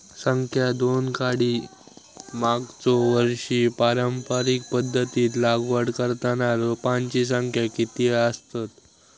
संख्या दोन काडी मागचो वर्षी पारंपरिक पध्दतीत लागवड करताना रोपांची संख्या किती आसतत?